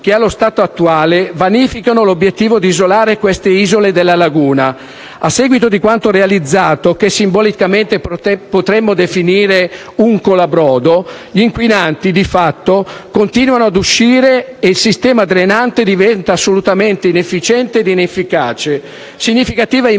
che, allo stato attuale, vanificano l'obiettivo di isolare queste isole della laguna. A seguito di quanto realizzato, che simbolicamente potremmo definire un colabrodo, gli inquinanti di fatto continuano ad uscire e il sistema drenante diventa assolutamente inefficiente ed inefficace. Significativa in merito